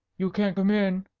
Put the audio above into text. you can't come in!